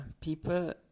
people